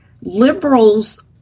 liberals